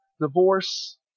divorce